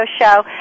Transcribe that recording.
show